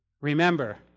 remember